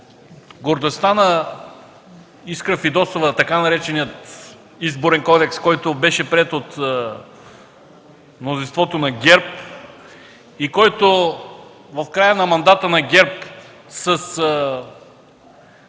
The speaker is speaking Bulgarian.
гордостта Искра Фидосова – така нареченият Изборен кодекс, който беше приет от мнозинството на ГЕРБ, и който в края на мандата на ГЕРБ под